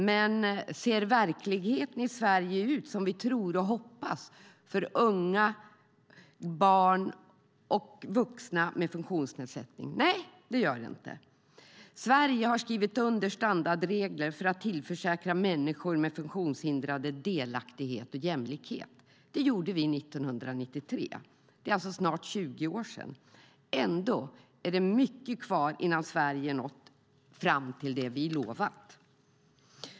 Men ser verkligheten i Sverige ut som vi tror och hoppas för unga, barn och vuxna med funktionsnedsättning? Nej, det gör den inte. Sverige har skrivit under standardregler för att tillförsäkra människor med funktionshinder delaktighet och jämlikhet. Det gjorde vi 1993. Det är alltså snart 20 år sedan. Ändå är det mycket kvar innan Sverige har nått fram till det vi har lovat.